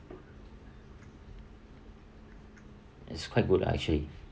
it's quite good ah actually